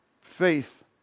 Faith